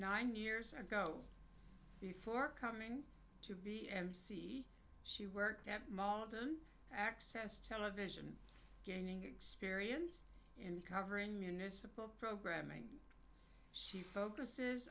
nine years ago before coming to be mc she worked at malden access television gaining experience in covering municipal programming she focuses